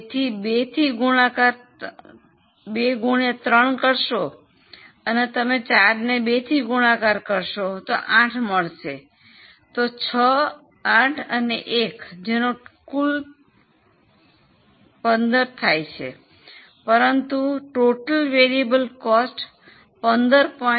તેથી 2 થી ગુણાકાર 3 કરશો અને તમે 4 ને 2 થી ગુણાકાર કરો તો 8 મળશે તો 6 8 અને 1 જેનો કુલ 15 થશે પરંતુ કુલ ચલિત ખર્ચ 15